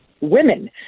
women